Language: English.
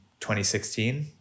2016